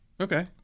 Okay